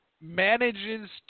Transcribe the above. manages